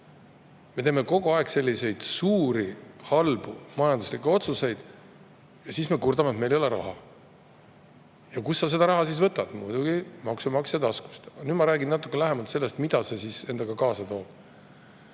Me teeme kogu aeg selliseid suuri halbu majanduslikke otsuseid ja siis kurdame, et meil ei ole raha. Ja kust seda raha võtta? Muidugi maksumaksja taskust. Nüüd ma räägin natuke lähemalt, mida see [seadus] endaga kaasa toob.